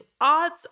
odds